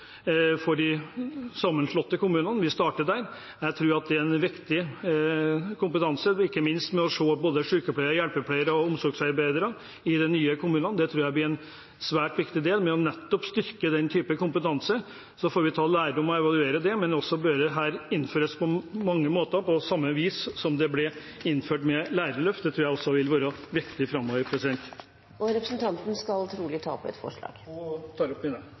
for de sammenslåtte kommunene. Vi starter der. Jeg tror det er viktig med kompetanse, ikke minst for sykepleiere, hjelpepleiere og omsorgsarbeidere i de nye kommunene. Å styrke den typen kompetanse tror jeg blir svært viktig. Så får vi ta lærdom av det og evaluere det. Men dette bør innføres på samme vis som med Lærerløftet. Det tror jeg vil være viktig framover. Representanten Skjelstad skal trolig ta opp et forslag? Ja, jeg tar opp